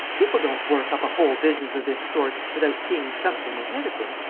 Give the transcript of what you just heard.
people don't work up a whole business of this sort, without seeing something ahead of them.